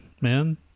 man